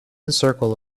circle